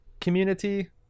community